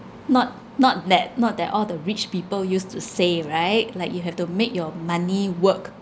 not not that not that all the rich people used to say right like you have to make your money work